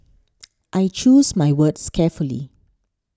I choose my words carefully